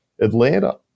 Atlanta